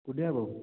कुठे आहे भाऊ